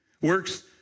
Works